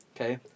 Okay